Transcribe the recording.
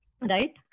right